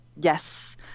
Yes